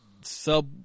sub